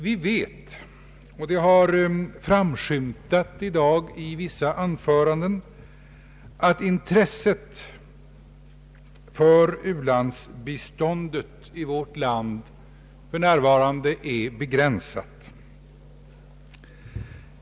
Vi vet — och det har framskymtat i vissa anföranden i dag — att intresset för u-landsbiståndet i vårt land för närvarande är begränsat.